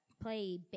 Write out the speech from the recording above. play